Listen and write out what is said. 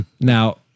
Now